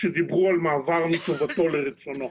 כשדיברו על מעבר מטובתו לרצונו.